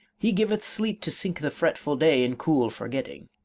he giveth sleep to sink the fretful day in cool forgetting.